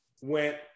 went